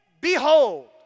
behold